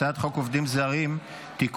הצעת חוק עובדים זרים (תיקון,